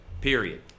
period